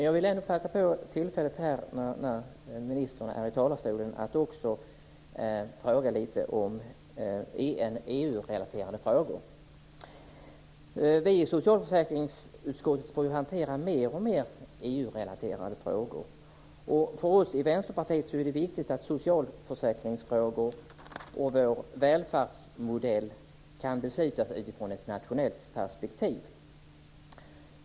Jag vill passa på tillfället när ministern är i talarstolen att också ta upp lite om EU-relaterade frågor. Vi i socialförsäkringsutskottet får ju hantera mer och mer EU-relaterade frågor. För oss i Vänsterpartiet är det viktigt att socialförsäkringsfrågor och vår välfärdsmodell kan beslutas utifrån ett nationellt perspektiv.